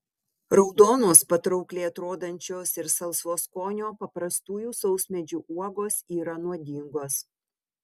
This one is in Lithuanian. raudonos patraukliai atrodančios ir salsvo skonio paprastųjų sausmedžių uogos yra nuodingos